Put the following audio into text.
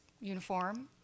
uniform